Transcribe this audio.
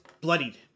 bloodied